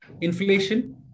Inflation